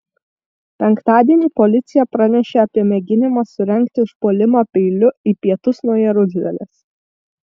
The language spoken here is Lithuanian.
penktadienį policija pranešė apie mėginimą surengti užpuolimą peiliu į pietus nuo jeruzalės